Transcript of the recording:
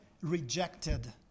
rejected